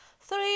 Three